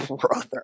brother